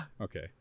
okay